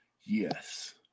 Yes